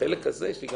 כאן